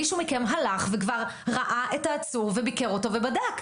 מישהו מכם הלך וכבר ראה את העצור וביקר אותו ובדק,